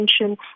attention